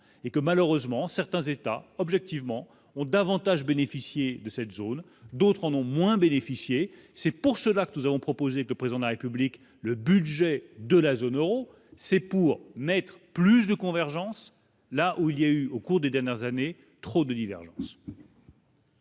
et que malheureusement certains États objectivement ont davantage bénéficié de cette zone, d'autres en ont moins bénéficié, c'est pour cela que nous avons proposé que le président de la République, le budget de la zone Euro, c'est pour mettre plus de convergence, là où il y a eu au cours des dernières années : trop de divergences.